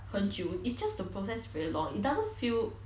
很久 is just the process very long it doesn't feel